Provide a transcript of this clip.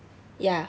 ya